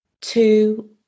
Two